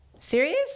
Serious